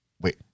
wait